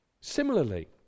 Similarly